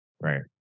Right